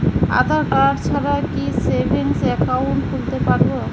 আধারকার্ড ছাড়া কি savings account খুলতে পারব?